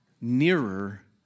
nearer